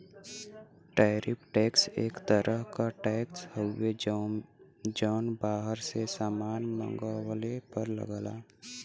tariff tax एक तरह क टैक्स हउवे जौन बाहर से सामान मंगवले पर लगला